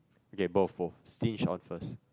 okay both both stinge on first